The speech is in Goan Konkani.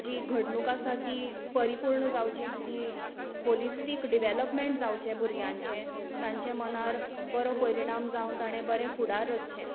जी घडणूक आसा ती परिपूर्ण जावची ती हाॅलिस्टीक डिव्हलाॅपमॅन्ट जावचें भुरग्यांचें तांचे मनार बरो परिणाम जावन ताणें बरें फुडार रचचें